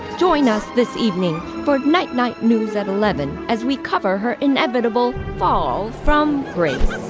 join us this evening for night night news at eleven as we cover her inevitable fall from grace.